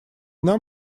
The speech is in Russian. нам